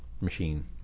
machine